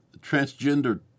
transgender